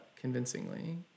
convincingly